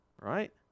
right